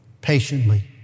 patiently